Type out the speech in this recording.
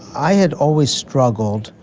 i had always struggled,